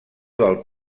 del